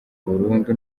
burundu